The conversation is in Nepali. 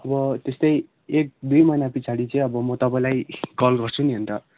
अब त्यस्तै एक दुई महिनापिछाडि चाहिँ अब म तपाईँलाई कल गर्छु नि अनि त